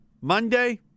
Monday